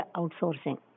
outsourcing